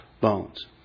bones